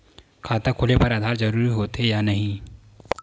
खाता खोले बार आधार जरूरी हो थे या नहीं?